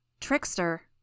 Trickster